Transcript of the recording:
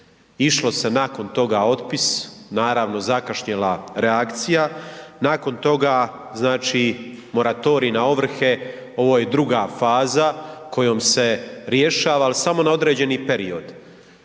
Išlo se nakon toga otpis, naravno zakašnjela reakcija, nakon toga znači moratorij na ovrhe, ovo je druga faza kojom se rješava, ali samo na određeni period.